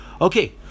Okay